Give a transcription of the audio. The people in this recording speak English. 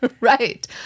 Right